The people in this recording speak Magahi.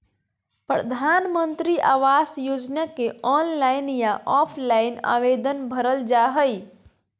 प्रधानमंत्री आवास योजना के ऑनलाइन या ऑफलाइन आवेदन भरल जा हइ